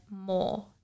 more